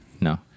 No